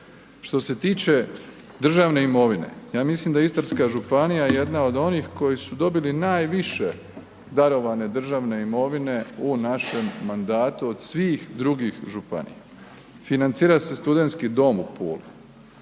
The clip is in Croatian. Što se tiče državne imovine, ja mislim da je Istarska županija jedna od onih koji su dobili najviše darovane državne imovine u našem mandatu od svih drugih županija. Financira se studentski dom u Puli,